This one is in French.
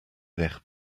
verre